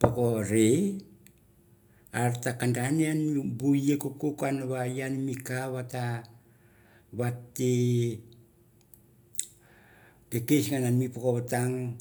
Poko rei ta kanda yang bu ie kuku yang mi ka vat ta vat tei kekis an mi vatang